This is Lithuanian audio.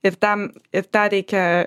ir tam ir tą reikia